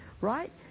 right